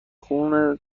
خون